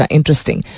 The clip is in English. Interesting